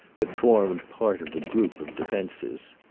but formed part of a group of defences.